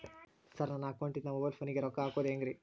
Sir ನನ್ನ ಅಕೌಂಟದಿಂದ mobile ಫೋನಿಗೆ ರೊಕ್ಕ ಹಾಕೋದು ಹೆಂಗ್ರಿ?